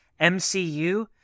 MCU